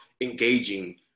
engaging